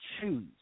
choose